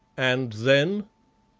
and then?